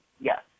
Yes